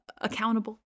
accountable